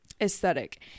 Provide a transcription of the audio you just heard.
aesthetic